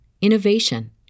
innovation